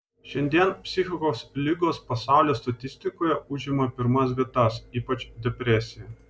šiandien psichikos ligos pasaulio statistikoje užima pirmas vietas ypač depresija